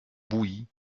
bouilli